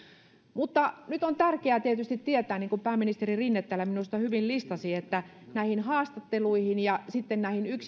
mutta nyt on tärkeää tietysti tietää niin kuin pääministeri rinne täällä minusta hyvin listasi että näihin haastatteluihin ja näihin